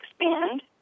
expand